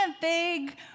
big